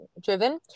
driven